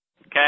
Okay